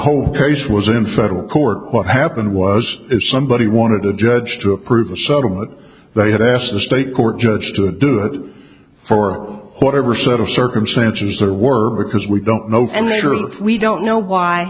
whole case was in federal court what happened was is somebody wanted the judge to approve a settlement they had asked the state court judge to do it for whatever set of circumstances or worse because we don't know and later that we don't know why